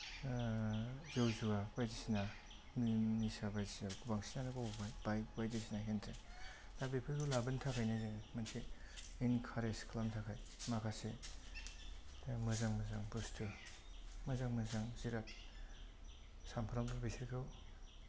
जौ जुवा बायदिसिना नि निसा बायदिसिनाखौ बांसिनानो बावबाय बायो बायदिसिना हेनथेन दा बेफोरखौ लाबोनो थाखायनो जों मोनसे इन्खारेज खालामनो थाखाय माखासे मोजां मोजां बुस्तु मोजां मोजां जिराद सामफ्रामबो बिसोरखौ